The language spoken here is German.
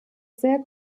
sehr